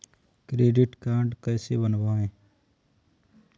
Credit card कैसे बनवाएँ?